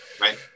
right